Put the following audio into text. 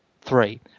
three